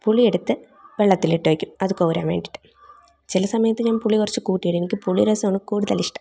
പുളിയെടുത്ത് വെള്ളത്തിലിട്ട് വെക്കും അത് കൊവുരാൻ വേണ്ടീട്ട് ചില സമയത്ത് പുളി കുറച്ച് കൂട്ടിയിടും എനിക്ക് പുളിരസമാണ് കൂടുതലിഷ്ടം